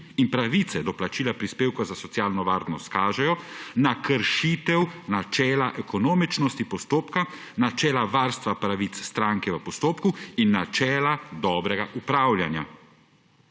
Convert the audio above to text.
in pravice do plačila prispevka za socialno varnost kaže na kršitev načela ekonomičnosti postopka, načela varstva pravic stranke v postopku in načela dobrega upravljanja.«